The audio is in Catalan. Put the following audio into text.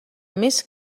més